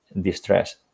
distress